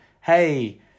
hey